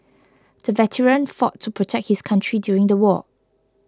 the veteran fought to protect his country during the war